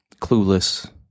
clueless